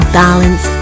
balance